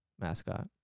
mascot